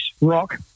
rock